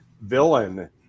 villain